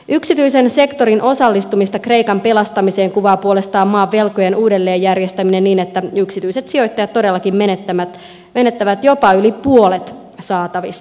yksityisen sektorin osallistumista kreikan pelastamiseen kuvaa puolestaan maan velkojen uudelleenjärjestäminen niin että yksityiset sijoittajat todellakin menettävät jopa yli puolet saatavistaan